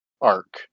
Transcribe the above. arc